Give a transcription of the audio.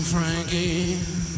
Frankie